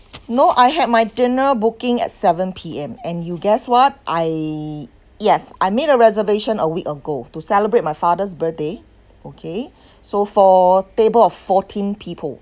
no I had my dinner booking at seven P_M and you guess what I yes I made a reservation a week ago to celebrate my father's birthday okay so for table of fourteen people